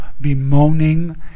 bemoaning